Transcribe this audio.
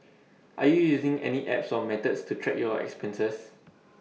are you using any apps or methods to track your expenses